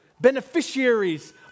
beneficiaries